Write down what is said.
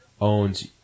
owns